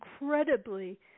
incredibly